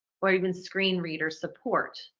or even screen reader support.